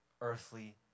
earthly